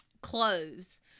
Clothes